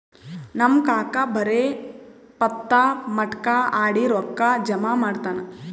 ನಮ್ ಕಾಕಾ ಬರೇ ಪತ್ತಾ, ಮಟ್ಕಾ ಆಡಿ ರೊಕ್ಕಾ ಜಮಾ ಮಾಡ್ತಾನ